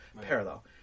parallel